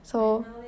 so